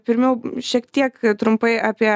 pirmiau šiek tiek trumpai apie